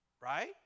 Right